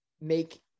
make